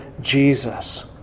Jesus